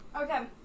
Okay